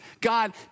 God